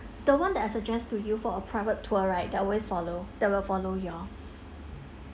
the [one] that I suggest to you for a private tour right they always follow they will follow y'all